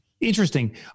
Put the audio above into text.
Interesting